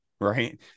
Right